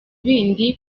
bindi